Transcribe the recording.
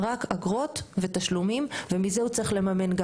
רק אגרות ותשלומים ומזה הוא צריך לממן גם